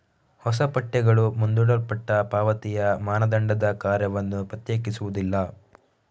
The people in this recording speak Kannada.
ಹೊಸ ಪಠ್ಯಗಳು ಮುಂದೂಡಲ್ಪಟ್ಟ ಪಾವತಿಯ ಮಾನದಂಡದ ಕಾರ್ಯವನ್ನು ಪ್ರತ್ಯೇಕಿಸುವುದಿಲ್ಲ